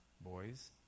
boys